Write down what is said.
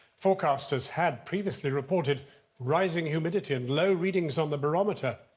forecasters had previously reported rising humidity and low readings on the barometer,